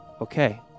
okay